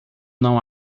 não